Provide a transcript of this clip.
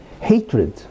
hatred